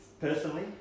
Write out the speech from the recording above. Personally